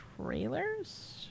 trailers